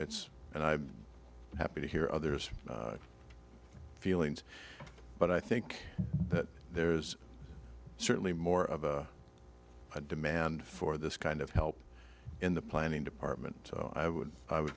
it's and i'm happy to hear others feelings but i think that there's certainly more of a demand for this kind of help in the planning department i would i would